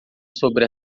sobre